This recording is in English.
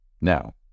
Now